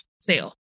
sale